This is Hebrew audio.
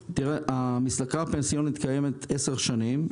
המסלקה הפנסיונית קיימת מזה עשר שנים,